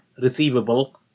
receivable